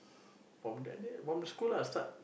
from that day from school I start